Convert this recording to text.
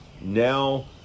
now